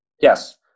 yes